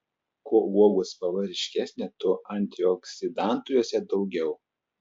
kuo uogų spalva ryškesnė tuo antioksidantų jose daugiau